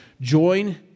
join